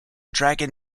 dragon